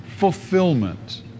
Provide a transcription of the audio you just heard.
fulfillment